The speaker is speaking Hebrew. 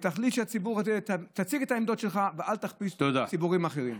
תציג את העמדות שלך ואל תכפיש ציבורים אחרים.